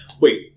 Wait